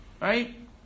right